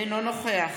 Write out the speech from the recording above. אינו נוכח